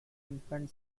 infant